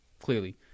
clearly